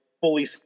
fully